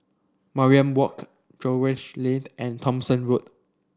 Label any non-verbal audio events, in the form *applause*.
Mariam Walk Jervois *unintelligible* and Thomson Road